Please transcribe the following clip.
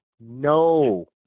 No